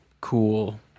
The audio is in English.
cool